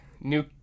new